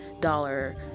dollar